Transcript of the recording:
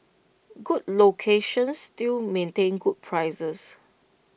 good locations still maintain good prices